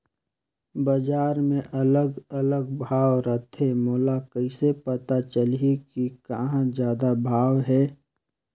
बजार मे अलग अलग भाव रथे, मोला कइसे पता चलही कि कहां जादा भाव हे?